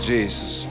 Jesus